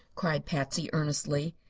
cried patsy, earnestly.